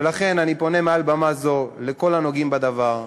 ולכן אני פונה מעל במה זו לכל הנוגעים בדבר: